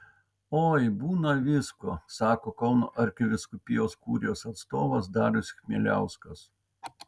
oi būna visko sako kauno arkivyskupijos kurijos atstovas darius chmieliauskas